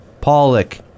Pollock